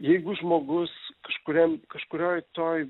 jeigu žmogus kažkuriam kažkurioj toj